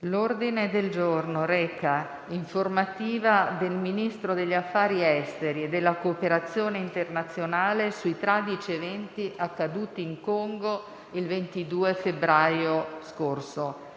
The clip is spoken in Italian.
in sede di informativa del Ministro degli affari esteri e della cooperazione internazionale sui tragici eventi accaduti in Congo il 22 febbraio** Con